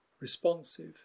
responsive